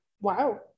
wow